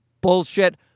bullshit